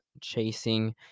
chasing